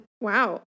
Wow